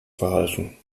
verhalten